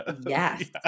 yes